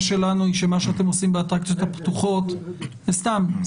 שלנו היא שמה שאתם עושים באטרקציות הפתוחות זה סתם,